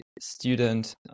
student